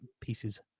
pieces